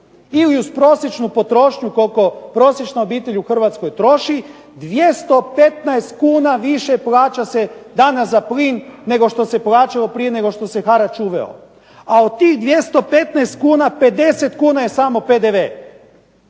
ili uz prosječnu potrošnju koliko prosječna obitelj u Hrvatskoj troši 215 kuna više plaća se danas za plin nego što se plaćalo prije nego što se harač uveo. A od tih 215 kuna je 50 kuna je samo PDV.